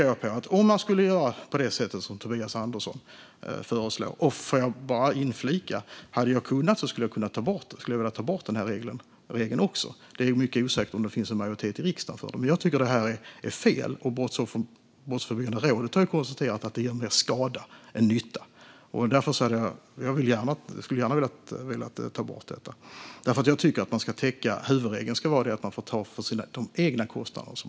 Jag vill bara inflika att om jag hade kunnat skulle jag också vilja ta bort den här regeln. Det är mycket osäkert om det finns en majoritet i riksdagen för det. Men jag tycker att det här är fel, och Brottsförebyggande rådet har ju konstaterat att den gör mer skada än nytta. Jag skulle gärna vilja ta bort denna regel och tycker att huvudregeln ska vara att man får ta sina egna kostnader.